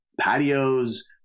patios